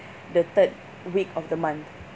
the third week of the month